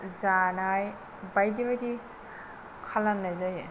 जानाय बायदि बायदि खालामनाय जायो